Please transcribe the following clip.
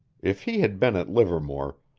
if he had been at livermore,